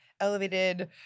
elevated